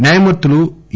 న్యాయమూర్తులు ఎ